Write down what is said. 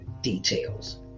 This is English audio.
details